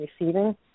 receiving